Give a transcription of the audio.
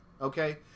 okay